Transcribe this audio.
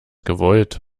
gewollt